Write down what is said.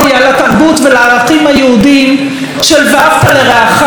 לתרבות ולערכים היהודיים של "ואהבת לרעך",